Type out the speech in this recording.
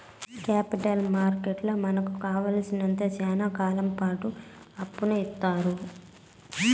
capital మార్కెట్లో మనకు కావాలసినంత శ్యానా కాలంపాటు అప్పును ఇత్తారు